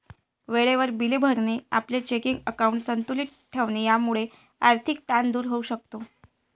वेळेवर बिले भरणे, आपले चेकिंग अकाउंट संतुलित ठेवणे यामुळे आर्थिक ताण दूर होऊ शकतो